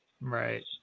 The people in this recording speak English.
Right